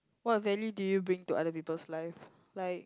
what value do you bring to other people's life like